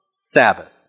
Sabbath